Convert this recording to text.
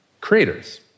creators